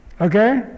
okay